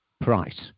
price